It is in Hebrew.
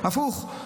הפוך.